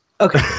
Okay